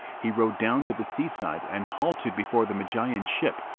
he rode down to the sea-side and halted before the magian's ship,